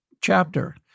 chapter